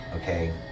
Okay